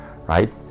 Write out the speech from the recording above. right